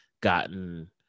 gotten